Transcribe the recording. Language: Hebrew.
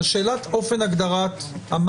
השאלה היא האם זה מקובל על רשות האוכלוסין,